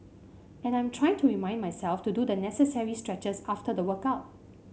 and I am trying to remind myself to do the necessary stretches after the workout